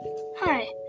hi